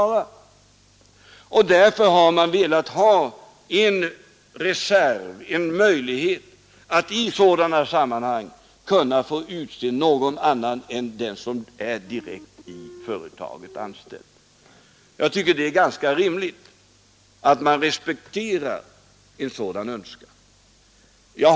Därför har etagsnämndens arbete eller deltagit i annan kontaktverksamhet med man velat ha en reserv, en möjlighet att i sådana fall kunna utse någon annan än den som är direkt anställd i företaget. Jag tycker det är ganska rimligt att man respekterar en sådan önskan.